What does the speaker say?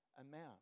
amount